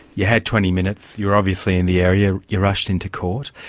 you had twenty minutes, you were obviously in the area, you rushed into court.